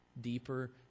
deeper